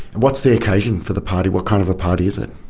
what's the occasion for the party, what kind of a party is it?